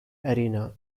arena